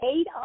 eight